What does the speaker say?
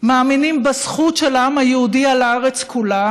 מאמינים בזכות של העם היהודי על הארץ כולה,